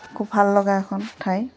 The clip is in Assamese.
খুব ভাল লগা এখন ঠাই